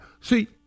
See